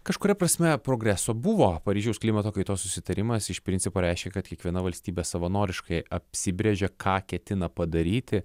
kažkuria prasme progreso buvo paryžiaus klimato kaitos susitarimas iš principo reiškia kad kiekviena valstybė savanoriškai apsibrėžė ką ketina padaryti